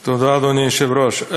תודה, אדוני היושב-ראש.